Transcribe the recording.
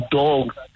dogs